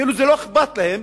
כאילו לא אכפת להם,